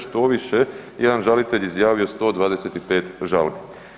Štoviše, jedan žalitelj je izjavio 125 žalbi.